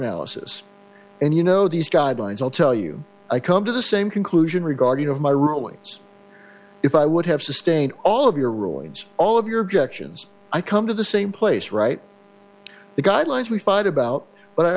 analysis and you know these guidelines i'll tell you i come to the same conclusion regarding of my rulings if i would have sustained all of your rulings all of your objections i come to the same place right the guidelines we fight about but i